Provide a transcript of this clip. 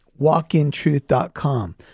walkintruth.com